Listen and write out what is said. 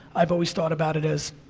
i've always thought about it as.